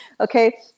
Okay